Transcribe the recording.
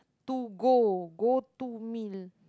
to go go to meal